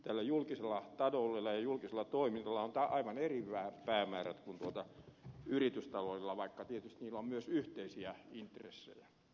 tällä julkisella taloudella ja julkisella toimilla on aivan eri päämäärät kuin yritystaloudella vaikka tietysti niillä on myös yhteisiä intressejä